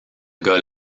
gars